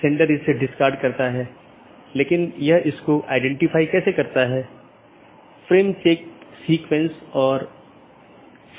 हालाँकि एक multi home AS को इस प्रकार कॉन्फ़िगर किया जाता है कि यह ट्रैफिक को आगे न बढ़ाए और पारगमन ट्रैफिक को आगे संचारित न करे